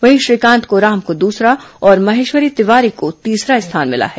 वहीं श्रीकांत कोराम को दूसरा और महेश्वरी तिवारी को तीसरा स्थान मिला है